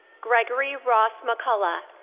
gregory ross mccullough.